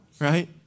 right